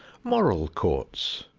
moral courts,